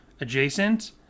adjacent